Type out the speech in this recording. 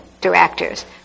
directors